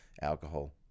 alcohol